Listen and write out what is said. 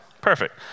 Perfect